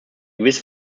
gewisse